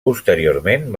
posteriorment